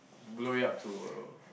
blow it up to